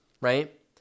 right